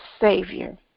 Savior